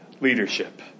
Leadership